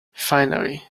finally